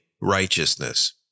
righteousness